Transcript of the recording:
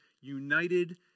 united